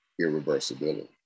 irreversibility